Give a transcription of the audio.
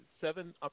seven